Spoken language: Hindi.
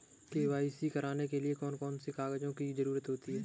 के.वाई.सी करने के लिए कौन कौन से कागजों की जरूरत होती है?